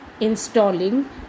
installing